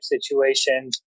situation